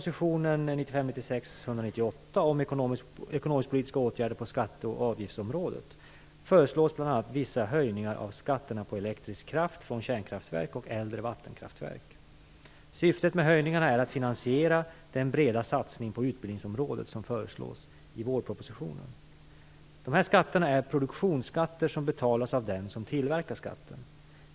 Syftet med höjningarna är att finansiera den breda satsning på utbildningsområdet som föreslås i vårpropositionen. Dessa skatter är produktionsskatter som betalas av den som tillverkar kraften.